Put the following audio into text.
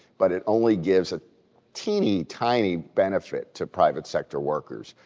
but it only gives a teeny tiny benefit to private sector workers.